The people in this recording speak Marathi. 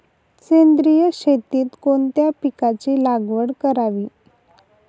सेंद्रिय शेतीत कोणत्या पिकाची लागवड करावी?